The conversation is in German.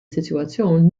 situation